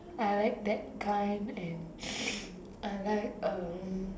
I like that kind and I like um